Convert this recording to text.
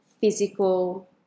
physical